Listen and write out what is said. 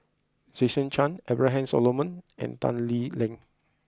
Jason Chan Abraham Solomon and Tan Lee Leng